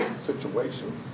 situation